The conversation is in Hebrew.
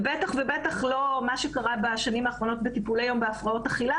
ובטח ובטח לא מה שקרה בשנים האחרונות בטיפולי יום בהפרעות אכילה,